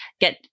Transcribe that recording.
get